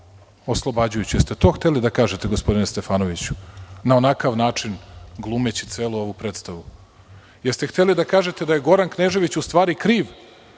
oslobađajuću, dali ste to hteli da kažete gospodine Stefanoviću, na onakav način glumeći celu ovu predstavu? Da li ste hteli da kažete da je Goran Knežević u stvari kriv